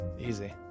Easy